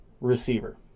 receiver